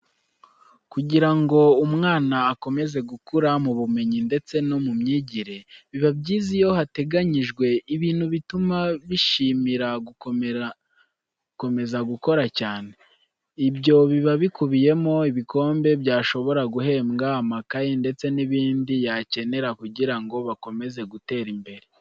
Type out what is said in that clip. Kugira ngo umwana akomeze gukura mu bumenyi ndetse no mu myigire, biba byiza iyo hateganyijwe ibintu bituma bishimira gukomeza gukora cyane. Ibyo biba bikubiyemo ibikombe bashobora guhembwa, amakayi ndetse n'ibindi yakenera kugira ngo bakomeze gutera imbere.